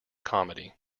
comedy